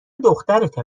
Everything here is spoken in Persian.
دخترته